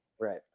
Right